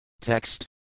Text